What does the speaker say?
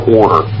order